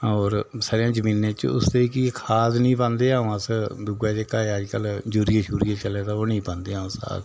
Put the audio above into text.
होर सरेआं जमीनै च उसदे गी खाद निं पांदे आं अस दूआ जेह्का ऐ अज्जकल यूरिया शूरिया चलै दा ओह् नेईं पांदे ओ